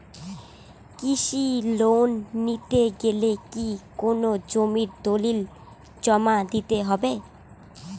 কৃষি লোন নিতে হলে কি কোনো জমির দলিল জমা দিতে হবে?